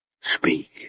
Speak